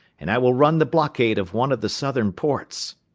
and i will run the blockade of one of the southern ports.